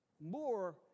more